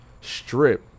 strip